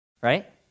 Right